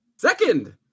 Second